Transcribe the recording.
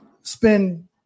spend